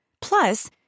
Plus